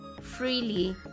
freely